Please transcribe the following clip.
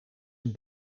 een